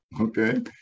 okay